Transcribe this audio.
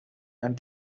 and